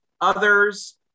Others